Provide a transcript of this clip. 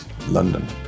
London